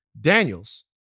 Daniels